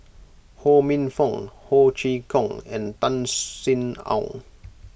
Ho Minfong Ho Chee Kong and Tan Sin Aun